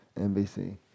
NBC